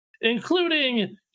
including